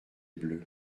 bleu